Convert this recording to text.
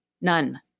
None